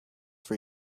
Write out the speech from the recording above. for